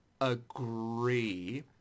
agree